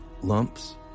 lumps